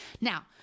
now